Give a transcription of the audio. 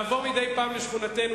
לעבור מדי פעם לשכונתנו,